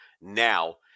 now